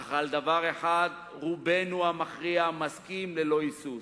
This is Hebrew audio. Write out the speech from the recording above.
אך על דבר אחד רובנו המכריע מסכימים ללא היסוס: